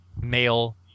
male